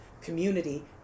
Community